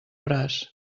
braç